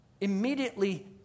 immediately